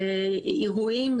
עירויים,